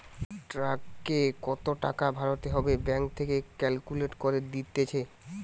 ট্যাক্সে কত টাকা ভরতে হবে ব্যাঙ্ক থেকে ক্যালকুলেট করে দিতেছে